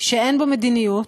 שאין בו מדיניות,